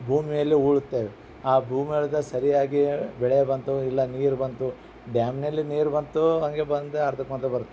ಭೂಮಿಯಲ್ಲಿ ಉಳುತ್ತೇವೆ ಆ ಭೂಮಿ ಸರಿಯಾಗಿ ಬೆಳೆ ಬಂತು ಇಲ್ಲ ನೀರು ಬಂತು ಡ್ಯಾಮ್ನಲ್ಲಿ ನೀರು ಬಂತು ಹಂಗೆ ಬಂದು ಹರ್ದ್ ಕೊಂಡು ಬರುತ್